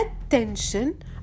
attention